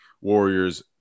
Warriors